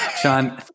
Sean